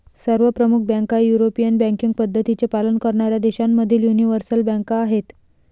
सर्व प्रमुख बँका युरोपियन बँकिंग पद्धतींचे पालन करणाऱ्या देशांमधील यूनिवर्सल बँका आहेत